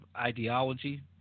ideology